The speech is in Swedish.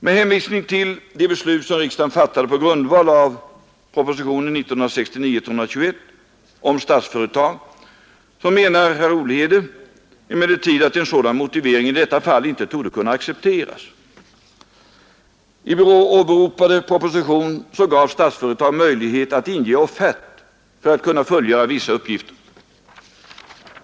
Med hänvisning till de beslut som riksdagen fattade på grundval av propositionen 121 år 1969 om Statsföretag menar herr Olhede emellertid att en sådan motivering i detta fall inte torde kunna accepteras. I den åberopade propositionen gavs Statsföretag möjlighet att inge ”offert” för att kunna fullgöra vissa uppgifter.